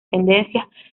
tendencias